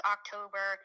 October